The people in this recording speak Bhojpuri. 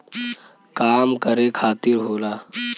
काम करे खातिर होला